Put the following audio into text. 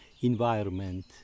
environment